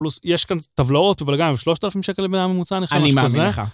פלוס, יש כאן טבלאות ובלגנים שלושת אלפים שקל לבן אדם בממוצע. אני חושב שזה משהו כזה...אני מאמין לך